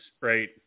Right